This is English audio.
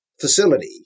facility